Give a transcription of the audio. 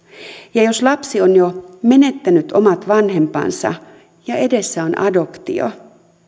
ja jos lapsi on jo menettänyt omat vanhempansa ja edessä on adoptio